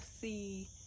see